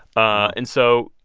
ah and so,